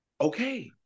Okay